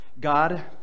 God